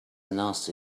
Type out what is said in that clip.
nasty